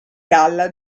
galla